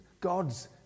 God's